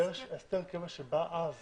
הסדר הקבע שבא אז